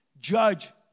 judge